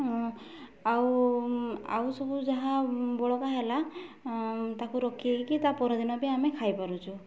ଆଉ ଆଉ ସବୁ ଯାହା ବଳକା ହେଲା ତାକୁ ରଖିକି ତା ପରଦିନ ବି ଆମେ ଖାଇପାରୁଛୁ